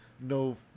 no